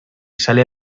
sale